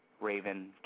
Raven